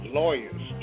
lawyers